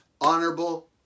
honorable